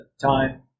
time